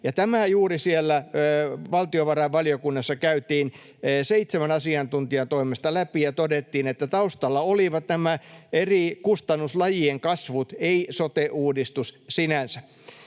Tämä juuri siellä valtiovarainvaliokunnassa käytiin seitsemän asiantuntijan toimesta läpi, ja todettiin, että taustalla olivat nämä eri kustannuslajien kasvut, ei sote-uudistus sinänsä.